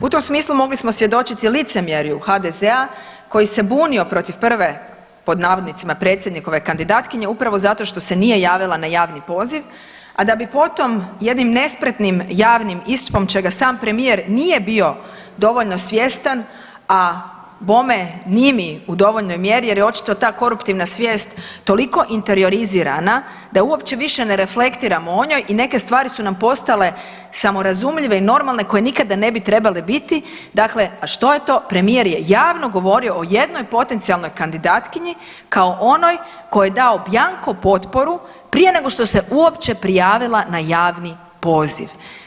U tom smislu mogli smo svjedočiti licemjerju HDZ-a koji se bunio protiv prve pod navodnicima predsjednikove kandidatkinje upravo zato što se nije javila na javni poziv, a da bi potom jednim nespretnim javnim istupom čega sam premijer nije bio dovoljno svjestan, a bome ni mi u dovoljnoj mjeri jer je očito ta koruptivna svijest toliko interiorizirana da uopće više ne reflektiramo o njoj i neke stvari su nam postale samorazumljive i normalne koje nikada ne bi trebale biti, dakle a što je to premijer je javno govorio o jednoj potencijalnoj kandidatkinji kao onoj kojoj je dao bjanko potporu prije nego što se uopće prijavila na javni poziv.